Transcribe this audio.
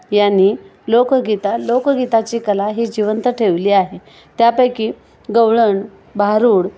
यांनी लोकगीता लोकगीताची कला ही जिवंत ठेवली आहे त्यापैकी गवळण भारूड